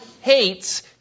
hates